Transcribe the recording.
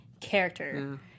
Character